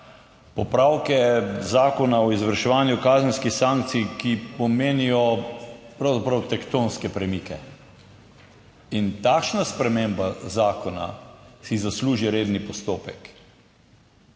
popravke Zakona o izvrševanju kazenskih sankcij, ki pomenijo pravzaprav tektonske premike, in takšna sprememba zakona si zasluži redni postopek.